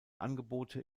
angebote